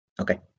Okay